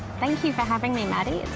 thank you for having me maddie.